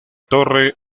torre